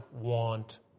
want